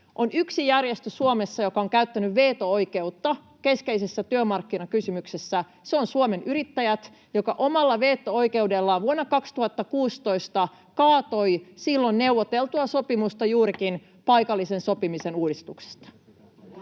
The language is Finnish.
on yksi järjestö Suomessa, joka on käyttänyt veto-oikeutta keskeisessä työmarkkinakysymyksessä. Se on Suomen Yrittäjät, joka omalla veto-oikeudellaan vuonna 2016 kaatoi silloin neuvotellun sopimuksen juurikin paikallisen sopimisen uudistuksesta.